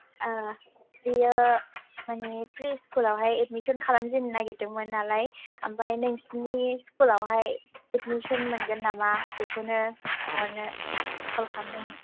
बेयो माने प्रिस्कुलावहाय एडमिसन खालामजेननो नागिरदोंमोन नालाय ओमफ्राय नोंसिनि स्कुलावहाय एडमिसन मोनगोन नामा बेखौनो सोंहरनो कल खामदोंमोन